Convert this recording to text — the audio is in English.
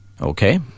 Okay